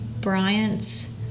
Bryant's